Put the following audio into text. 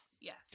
Yes